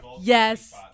Yes